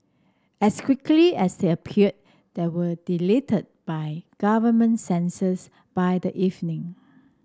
as quickly as they appeared they were deleted by government censors by the evening